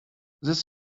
this